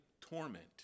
torment